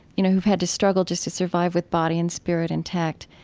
you know, who've had to struggle just to survive with body and spirit intact.